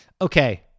Okay